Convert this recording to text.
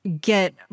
get